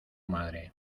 madre